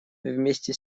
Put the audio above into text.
вместе